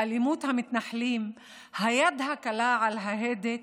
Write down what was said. אלימות המתנחלים, היד הקלה על ההדק,